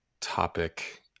topic